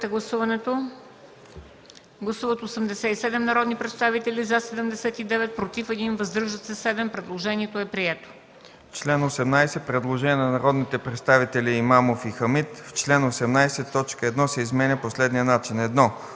Гласували 84 народни представители: за 71, против 8, въздържали се 5. Предложението е прието.